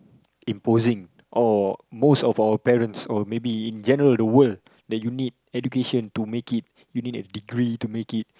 imposing or most of our parents or maybe in general the world that you need education to make it you need a degree to make it